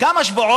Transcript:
עוד כמה שבועות,